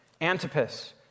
antipas